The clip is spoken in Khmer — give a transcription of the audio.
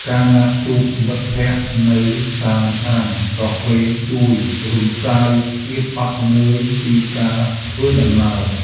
ការណាត់ជួបមិត្តភក្ដិនៅតាមហាងកាហ្វេជួយរំសាយភាពហត់នឿយពីការធ្វើដំណើរ។